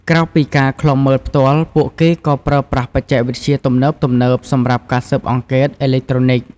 ក្រៅពីការឃ្លាំមើលផ្ទាល់ ពួកគេក៏ប្រើប្រាស់បច្ចេកវិទ្យាទំនើបៗសម្រាប់ការស៊ើបអង្កេតអេឡិចត្រូនិក។